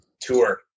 tour